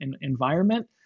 environment